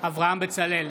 אברהם בצלאל,